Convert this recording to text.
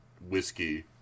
whiskey